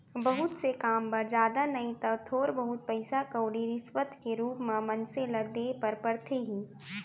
बहुत से काम बर जादा नइ तव थोर बहुत पइसा कउड़ी रिस्वत के रुप म मनसे ल देय बर परथे ही